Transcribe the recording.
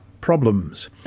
problems